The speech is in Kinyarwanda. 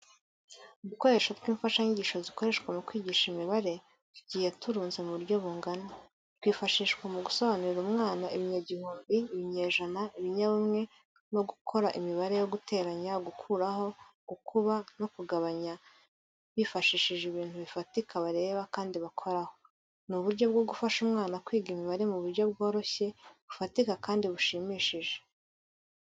Udukoresho tw'imfashanyigisho zikoreshwa mu kwigisha imibare tugiye turunze mu butyo bungana, twifashishwa mu gusobanurira umwana ibinyagihumbi, ibinyejana, ibinyabumwe no gukora imibare yo guteranya, gukuraho, gukuba no kugabanya bifashishije ibintu bifatika bareba kandi bakoraho. Ni uburyo bwo gufasha umwana kwiga imibare mu buryo bworoshye, bufatika kandi bushimishije.